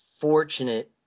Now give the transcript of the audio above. fortunate